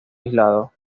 aislado